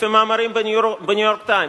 לפי מאמרים ב"ניו-יורק טיימס".